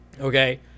okay